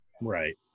Right